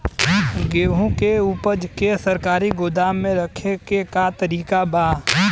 गेहूँ के ऊपज के सरकारी गोदाम मे रखे के का तरीका बा?